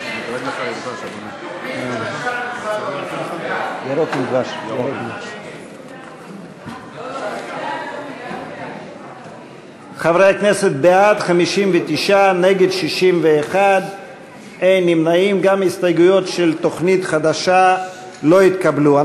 61. גם ההסתייגויות שמבקשות הפחתת תקציב לא התקבלו.